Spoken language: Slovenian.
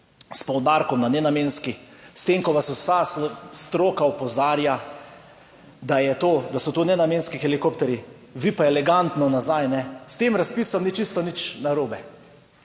s poudarkom na nenamenski, s tem, ko vas vsa stroka opozarja, da je to, da so to nenamenski helikopterji, vi pa elegantno nazaj. S tem razpisom ni čisto nič narobe.